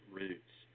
roots